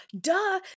duh